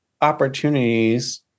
opportunities